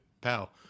pal